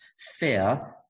fear